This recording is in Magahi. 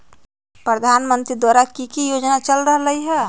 प्रधानमंत्री द्वारा की की योजना चल रहलई ह?